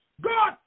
God